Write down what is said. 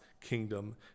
kingdom